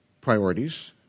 Priorities